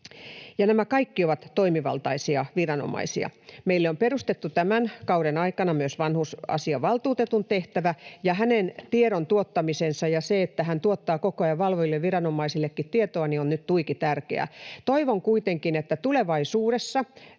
Nämä kaikki ovat toimivaltaisia viranomaisia. Meille on perustettu tämän kauden aikana myös vanhusasiavaltuutetun tehtävä, ja hänen tiedon tuottamisensa, myös se, että hän tuottaa koko ajan valvoville viranomaisillekin tietoa, on nyt tuiki tärkeää. Toivon kuitenkin, että tulevaisuudessa